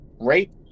rape